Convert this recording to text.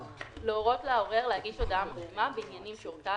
(3)להורות לעורר להגיש הודעה משלימה בעניינים שהורתה